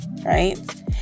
right